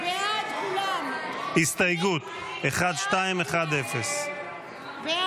הסתייגות 1210 לא